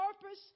purpose